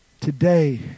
Today